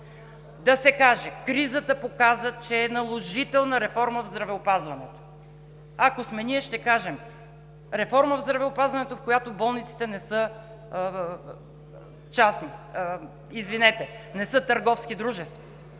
Да се каже: кризата показа, че е наложителна реформа в здравеопазването. Ако сме ние, ще кажем: реформа в здравеопазването, в която болниците не са търговски дружества.